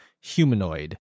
humanoid